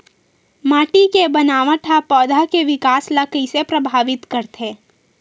माटी के बनावट हा पौधा के विकास ला कइसे प्रभावित करथे?